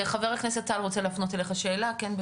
חבר הכנסת טל רוצה להפנות אלייך שאלה, כן בבקשה.